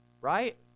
right